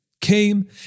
came